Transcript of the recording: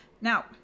Now